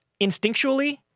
instinctually